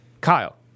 Kyle